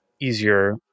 easier